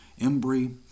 Embry